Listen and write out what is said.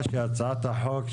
מתכבד לפתוח את ישיבת הוועדה.